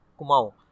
Kumau